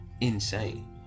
insane